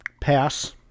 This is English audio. pass